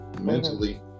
mentally